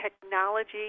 technology